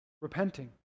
repenting